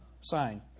sign